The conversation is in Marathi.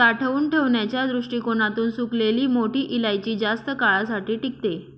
साठवून ठेवण्याच्या दृष्टीकोणातून सुकलेली मोठी इलायची जास्त काळासाठी टिकते